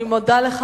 אני מודה לך.